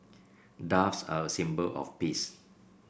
doves are a symbol of peace